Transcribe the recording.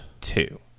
two